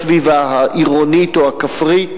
בסביבה העירונית או הכפרית,